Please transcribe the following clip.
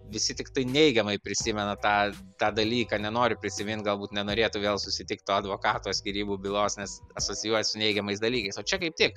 visi tiktai neigiamai prisimena tą tą dalyką nenori prisimint galbūt nenorėtų vėl susitikt to advokato skyrybų bylos nes asocijuojas su neigiamais dalykais o čia kaip tik